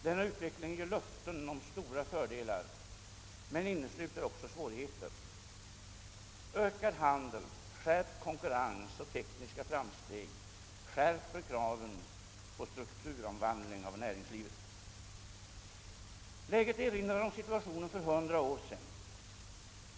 Denna utveckling ger löften om stora fördelar men innesluter också svårigheter. Ökad handel, skärpt konkurrens och tekniska framsteg skärper kraven på strukturomvan dling av näringslivet. Läget erinrar om situationen för hundra år sedan.